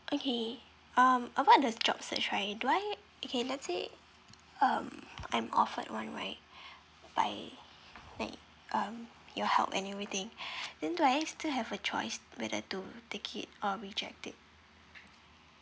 okay um upon the job search right do I okay let's say um I'm offered one right by like um your help and everything then do I still have a choice whether to take it or reject it